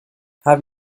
have